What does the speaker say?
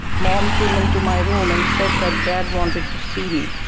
mom came into my room and said that dad wanted to see me.